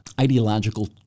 ideological